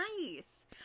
nice